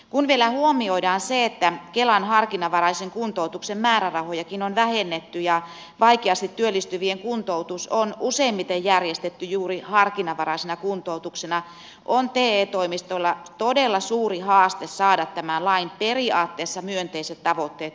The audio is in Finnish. kun vielä huomioidaan se että kelan harkinnanvaraisen kuntoutuksen määrärahojakin on vähennetty ja vaikeasti työllistyvien kuntoutus on useimmiten järjestetty juuri harkinnanvaraisena kuntoutuksena on te toimistolla todella suuri haaste saada tämän lain periaatteessa myönteiset tavoitteet toteutumaan